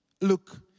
Look